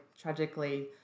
tragically